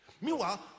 Meanwhile